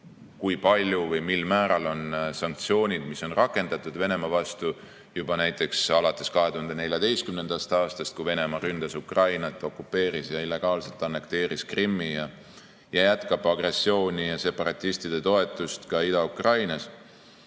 kui palju või mil määral on mõjunud sanktsioonid, mida on rakendatud Venemaa vastu alates 2014. aastast, kui Venemaa ründas Ukrainat, okupeeris ja illegaalselt annekteeris Krimmi ja jätkab agressiooni ja separatistide toetust ka Ida-Ukrainas.